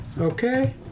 Okay